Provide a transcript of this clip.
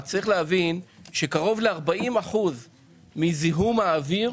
וצריך להבין שקרוב ל-40% מזיהום האוויר,